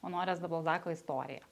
onorės de balzako istorija